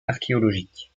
archéologique